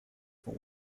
for